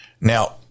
Now